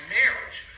marriage